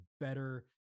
better